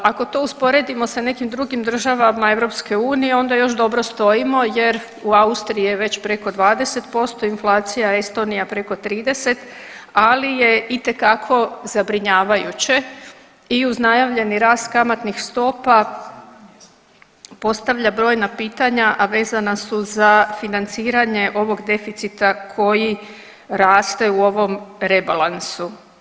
Ako to usporedimo sa nekim drugim državama EU onda još dobro stojimo jer u Austriji je već preko 20% inflacija, Estonija preko 30 ali je itekako zabrinjavajuće i uz najavljeni rast kamatnih stopa postavlja brojna pitanja, a vezana su za financiranje ovog deficita koji raste u ovom rebalansu.